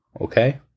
Okay